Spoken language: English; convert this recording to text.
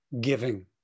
giving